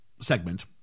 segment